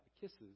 kisses